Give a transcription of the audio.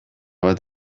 bat